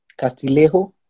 Castilejo